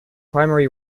primary